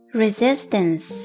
resistance